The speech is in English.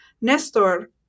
Nestor